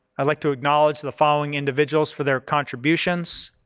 i'd like to acknowledge the following individuals for their contributions,